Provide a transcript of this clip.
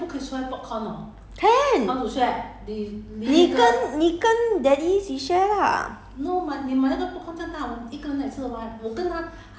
but 你要我们就可以去 lor I think we can go and can 你跟你跟 daddy 一起 share lah